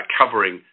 covering